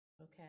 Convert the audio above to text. Okay